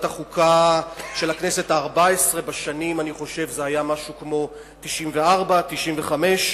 החוקה של הכנסת הארבע-עשרה בשנים 1997 1999,